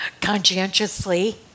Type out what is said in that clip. conscientiously